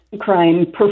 crime